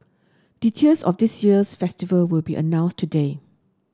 details of this year's festival will be announced today